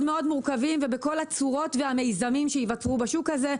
מאוד מורכבים ובכל הצורות והמיזמים שייווצרו בשוק הזה,